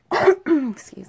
excuse